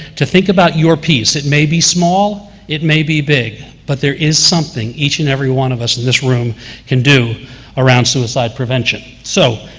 to think about your piece. it may be small, it may be big. but there is something each and every one of us in this room can do around suicide prevention. so,